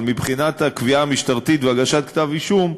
אבל מבחינת הקביעה המשטרתית והגשת כתב-אישום,